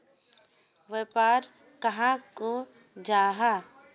व्यापार कहाक को जाहा?